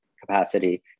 capacity